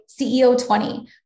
CEO20